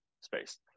space